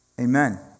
Amen